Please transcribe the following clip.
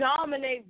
dominate